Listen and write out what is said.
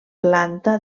planta